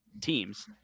teams